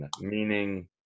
meaning